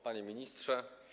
Panie Ministrze!